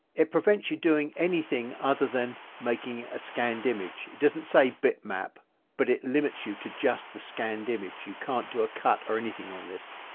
it prevents you doing anything other than making a scanned image. it doesn't say bitmap but it limits you to just the scanned image you can't do a cut or anything on this.